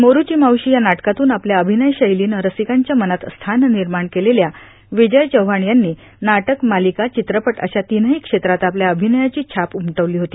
मोरूची मावशी या नाटकातून आपल्या अभिनय शैलीनं रसिकांच्या मनात स्थान निर्माण केलेल्या विजयी चव्हाण यांनी नाटक मालिका चित्रपट अशा तीनही क्षेत्रात आपल्या अभिनयाची छाप उमटवली होती